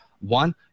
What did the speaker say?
One